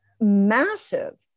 massive